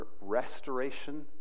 restoration